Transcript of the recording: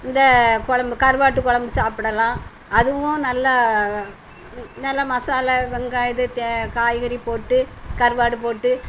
இந்த கொழம்பு கருவாட்டுக் கொழம்பு சாப்பிடலாம் அதுவும் நல்லா நல்லா மசாலா வெங்காயம் இது தே காய்கறி போட்டு கருவாடு போட்டு